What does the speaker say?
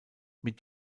mit